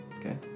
Okay